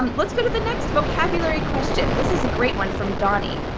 um let's go to the next vocabulary question. this is a great one from donnie.